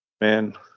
man